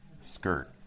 skirt